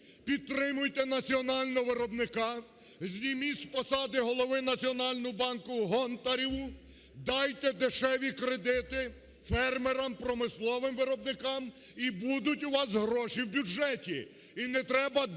підтримуйте національного виробника, зніміть з посади голови Національного банку Гонтареву, дайте дешеві кредити фермерам, промисловим виробникам, і будуть у вас гроші в бюджеті. І не треба дерти